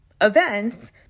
events